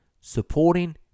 supporting